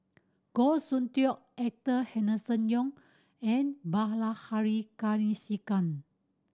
Goh Soon Tioe Arthur Henderson Young and Bilahari Kausikan